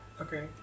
Okay